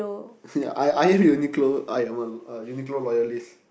I I have Uniqlo I'm a Uniqlo loyalies